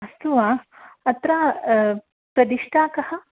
अस्तु वा अत्र प्रतिष्ठा कः